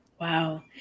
Wow